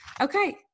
okay